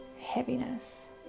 heaviness